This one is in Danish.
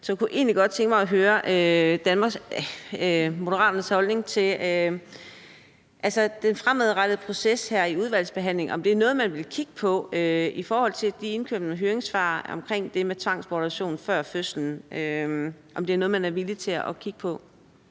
Så jeg kunne egentlig godt tænke mig at høre Moderaternes holdning til den fremadrettede proces her i udvalgsbehandlingen: Er det noget, man vil kigge på i forhold til de indkomne høringssvar omkring det med tvangsbortadoption før fødslen? Er det noget, man er villig til at kigge på?